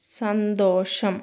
സന്തോഷം